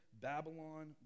Babylon